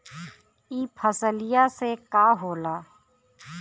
ई फसलिया से का होला?